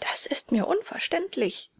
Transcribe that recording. das ist mir unverständlich